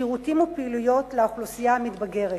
שירותים ופעילויות לאוכלוסייה המתבגרת.